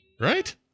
Right